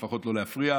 לפחות לא להפריע.